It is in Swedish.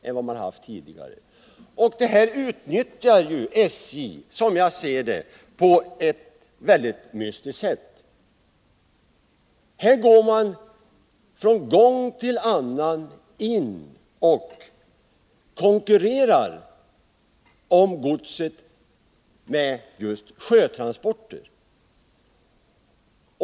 Enligt mitt sätt att se utnyttjar SJ detta på ett mycket mystiskt sätt. Här går man gång på gång in och konkurrerar med sjötrafiken om godset.